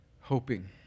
hoping